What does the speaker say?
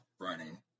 running